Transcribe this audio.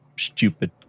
stupid